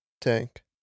tank